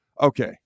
Okay